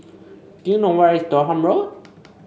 do you know where is Durham Road